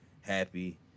happy